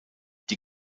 die